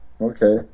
Okay